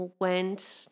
went